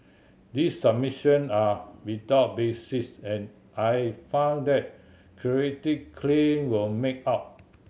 these submission are without basis and I find that Creative claim were made out